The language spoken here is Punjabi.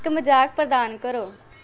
ਇੱਕ ਮਜ਼ਾਕ ਪ੍ਰਦਾਨ ਕਰੋ